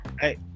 Hey